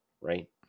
right